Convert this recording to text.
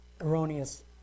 erroneous